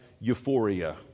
euphoria